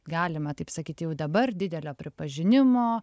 galima taip sakyti jau dabar didelio pripažinimo